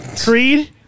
creed